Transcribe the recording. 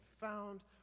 found